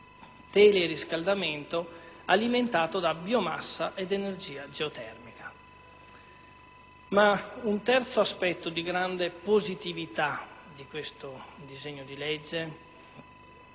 teleriscaldamento alimentato da biomassa ed energia geotermica. Ma un terzo aspetto di grande positività di questo disegno di legge